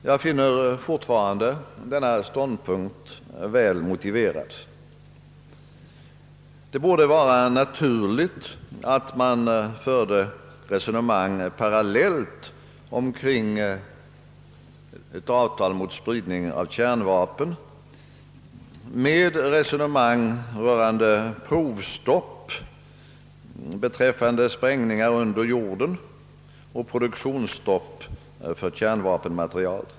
Jag finner fortfarande denna ståndpunkt väl motiverad. Det borde vara naturligt att man förde resonemang om ett avtal mot spridning av kärnvapen parallellt med resonemanget rörande provstopp för sprängningar under jorden och produktionsstopp för kärnvapenmaterial.